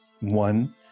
One